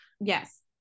Yes